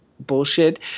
Bullshit